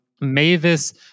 Mavis